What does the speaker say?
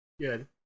Good